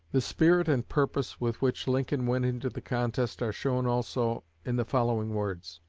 the spirit and purpose with which lincoln went into the contest are shown also in the following words